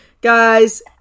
Guys